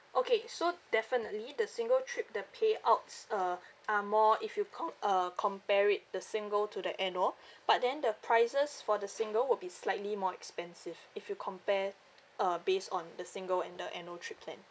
okay so definitely the single trip the payouts uh are more if you com~ uh compare it the single to the annual but then the prices for the single will be slightly more expensive if you compare uh based on the single and the annual trip plan